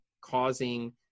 causing